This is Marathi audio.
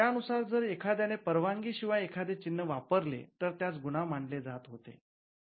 त्या नुसार जर एखाद्याने परवानगी शिवाय एखादे चिन्ह वापरले तर त्यास गुन्हा मानले जात होते